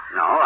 no